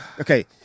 Okay